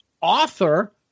author